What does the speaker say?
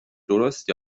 درست